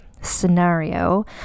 scenario